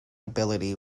ability